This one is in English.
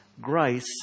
grace